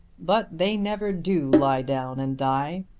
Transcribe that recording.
but they never do lie down and die.